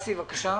אסי, בבקשה.